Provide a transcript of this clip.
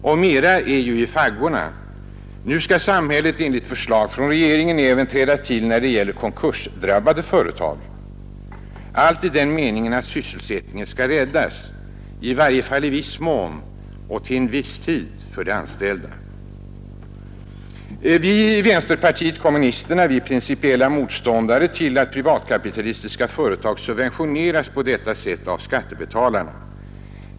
Men mera är i faggorna. Nu skall samhället enligt förslag från regeringen även träda till när det gäller konkursdrabbade företag, detta i avsikt att rädda sysselsättningen — i varje fall i viss mån och för viss tid — för de anställda. Vi i vänsterpartiet kommunisterna är principiella moståndare till att privatkapitalistiska företag subventioneras på detta sätt av skattebetalarna.